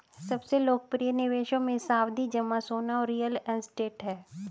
सबसे लोकप्रिय निवेशों मे, सावधि जमा, सोना और रियल एस्टेट है